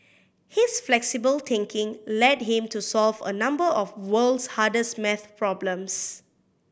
his flexible thinking led him to solve a number of the world's hardest maths problems